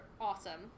awesome